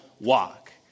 walk